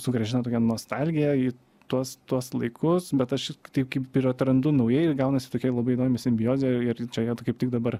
sugrąžina tokią nostalgiją į tuos tuos laikus bet aš i taip kaip ir atrandu naujai ir gaunasi tokia labai domisi simbiozė ir čia jie tai kaip tik dabar